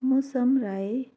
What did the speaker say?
मौसम राई